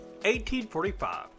1845